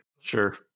Sure